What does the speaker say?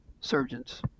surgeons